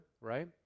right